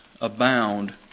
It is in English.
abound